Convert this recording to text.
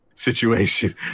situation